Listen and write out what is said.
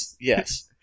Yes